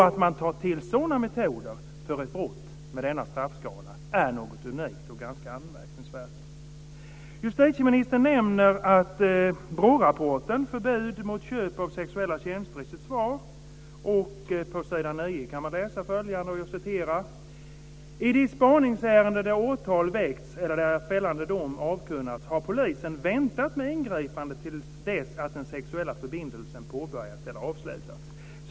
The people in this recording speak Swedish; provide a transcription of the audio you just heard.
Att man tar till sådana metoder för ett brott med denna straffskala är något unikt och ganska anmärkningsvärt. Justitieministern nämner BRÅ-rapporten Förbud mot köp av sexuella tjänster i sitt svar. På s. 9 i denna kan man läsa följande: I de spaningsärenden där åtal väckts eller där fällande dom avkunnats har polisen väntat med ingripandet till dess att den sexuella förbindelsen påbörjats eller avslutats.